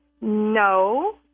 No